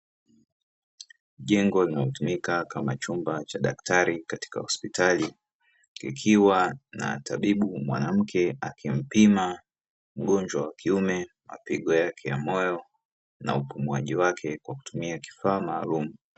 Jengo linalotumika kama chumba cha daktari katika hospitali, likiwa na tabibu mwanamke akimpima mgonjwa wa kiume mapigo yake ya moyo, na upumuaji wake kwa kutumia kifaa maalumu.